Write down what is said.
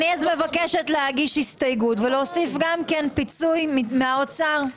אני מבקשת להגיש הסתייגות ולהוסיף גם כן פיצוי מהאוצר,